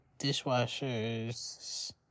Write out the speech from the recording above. dishwashers